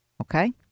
okay